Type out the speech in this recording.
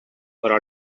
però